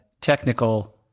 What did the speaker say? technical